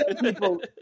people